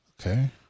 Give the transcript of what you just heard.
okay